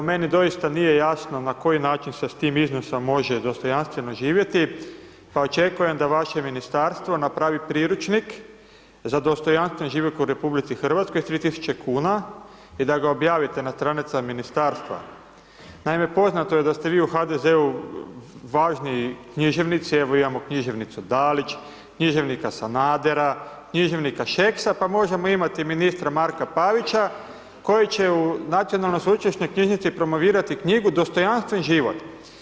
Meni doista nije jasno na koji način se s tim iznosom može dostojanstveno živjeti, pa očekujem da vaše ministarstvo napravi priručnik za dostojanstven životu u RH, sa 3000 kn i da ga objavite na stranicama ministarstva, naime poznato je da ste vi u HDZ-u važniji književnici, evo imamo književnicu Dalić, književnika Sanadera, književnika Šeksa, pa možemo imati i ministra Marka Pavića, koji će u Nacionalnoj sveučilišnoj knjižnici promovirati knjigu dostojanstven život.